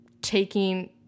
taking